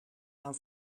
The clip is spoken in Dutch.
aan